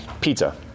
Pizza